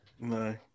No